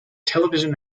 television